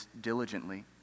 diligently